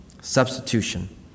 Substitution